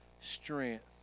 strength